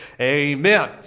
Amen